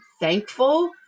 thankful